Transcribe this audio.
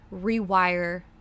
rewire